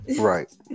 Right